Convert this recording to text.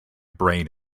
brain